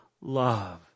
love